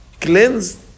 cleansed